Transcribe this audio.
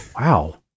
Wow